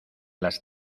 las